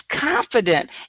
confident